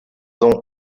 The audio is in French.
ont